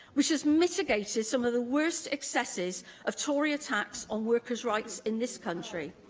which has mitigated some of the worst excesses of tory attacks on workers' rights in this country.